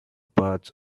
parts